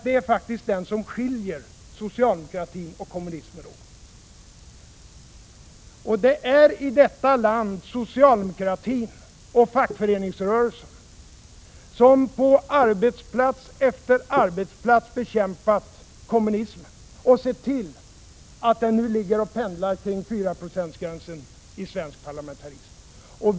Det är faktiskt den som skiljer socialdemokratin och kommunismen åt. Det är i detta land socialdemokratin och fackföreningsrörelsen som på arbetsplats efter arbetsplats bekämpat kommunismen och sett till att den nu ligger och pendlar kring 4-procentsgränsen i svensk parlamentarism.